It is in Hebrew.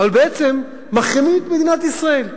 אבל בעצם מחרימים את מדינת ישראל.